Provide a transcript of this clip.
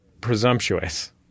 presumptuous